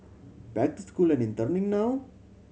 back to school and interning now